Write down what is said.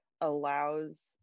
allows